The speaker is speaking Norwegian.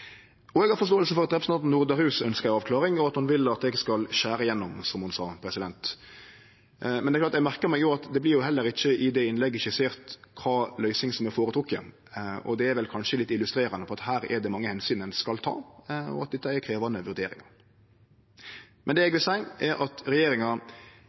Eg har forståing for at representanten Norderhus ønskjer ei avklaring, og at ho vil at eg skal skjere gjennom, som ho sa. Men det er klart eg merkar meg at det heller ikkje i det innlegget vert skissert kva løysing som er føretrekt, og det er vel kanskje litt illustrerande for at det her er mange omsyn ein skal ta, og at dette er krevjande vurderingar. Det eg vil seie, er at regjeringa